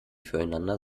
füreinander